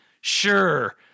Sure